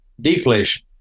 deflation